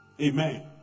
Amen